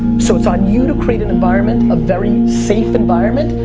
so it's on you to create an environment, a very safe environment,